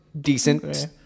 decent